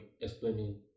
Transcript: explaining